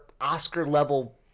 Oscar-level